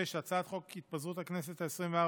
6. הצעת חוק התפזרות הכנסת העשרים-וארבע,